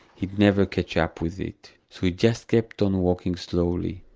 he'd never catch up with it so he just kept on walking slowly,